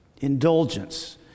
indulgence